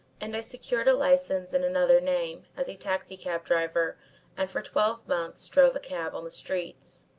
and i secured a licence in another name as a taxicab driver and for twelve months drove a cab on the streets.